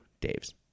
Dave's